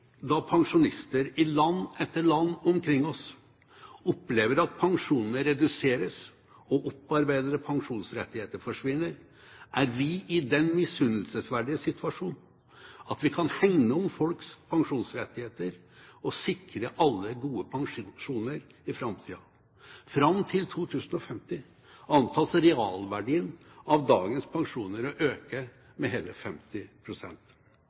da pensjonister i land etter land omkring oss opplever at pensjonen reduseres og opparbeidede pensjonsrettigheter forsvinner, er vi i den misunnelsesverdige situasjon at vi kan hegne om folks pensjonsrettigheter og sikre alle gode pensjoner i framtida. Fram til 2050 antas realverdien av dagens pensjoner å øke med hele